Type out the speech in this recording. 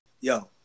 yo